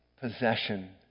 possession